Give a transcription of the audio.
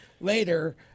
later